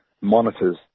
monitors